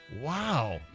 Wow